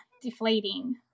deflating